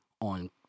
on